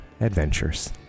adventures